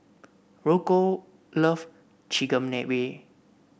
Rocco loves Chigenabe